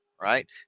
right